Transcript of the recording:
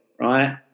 right